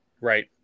right